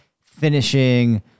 finishing